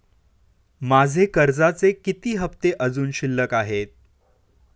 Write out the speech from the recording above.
माझे कर्जाचे किती हफ्ते अजुन शिल्लक आहेत?